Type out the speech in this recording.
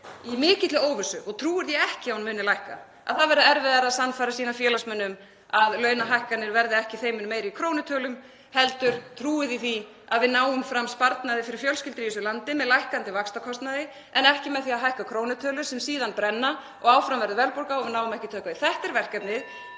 í mikilli óvissu og trúir því ekki að hún muni lækka, að það verði erfiðara að sannfæra sína félagsmenn um að launahækkanir verði ekki þeim mun meira í krónutölum — heldur trúi því að við náum fram sparnaði fyrir fjölskyldur í þessu landi með lækkandi vaxtakostnaði en ekki með því að hækka krónutölu sem síðan brennur og áfram verður verðbólga og við náum ekki tökum á því. Þetta er verkefnið.